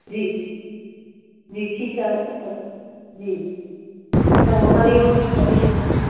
जी जी ठीकु आहे सम जी चङो हरिओम हरिओम आंटी